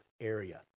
area